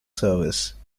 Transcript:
service